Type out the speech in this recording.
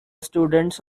students